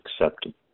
accepted